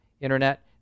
Internet